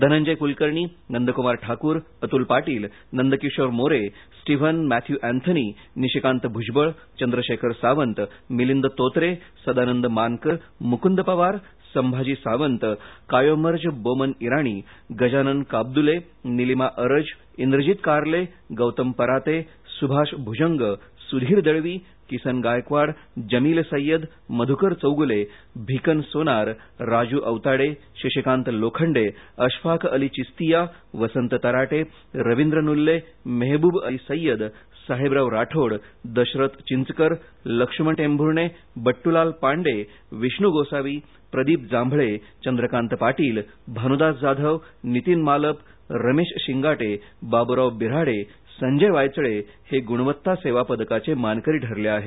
Dhananjay Kulkarni Nandkumar Thakur Atul Patil Nandkishor More Steven Matthew Anthony Nishikant भुजबळचंद्रशेखर Sawant Milind तोतरे Sadanand मानकर मुकुंद पवार संभाजी सावंत कायोमर्ज बोमन इरानीगजानन काबदुले निलिमा अरज इंद्रजीत कारले गौतम पराते सुभाष भुजंग सुधीर दळवी किसन गायकवाड जमिल सय्यद मधुकर चौगुले भिकन सोनार राजू अवताडे शशिकांत लोखंडे अशफाखअली चिस्तीया वसंत तराटे रविंद्र नुल्ले मेहबूबअली सय्यद साहेबराव राठोड दशरथ चिंचकर लक्ष्मण टेंभुर्णे बट्टलाल पांडे विष्णू गोसावी प्रदीप जांभळे चंद्रकांत पाटील भानूदास जाधव नितिन मालप रमेश शिंगाटे बाबुराव बिऱ्हाडे संजय वायचळे हे गुणवत्ता सेवा पदकाचे मानकरी ठरले आहेत